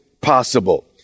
possible